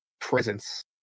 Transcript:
presence